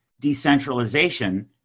decentralization